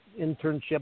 internship